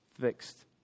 fixed